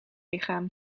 lichaam